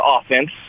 offense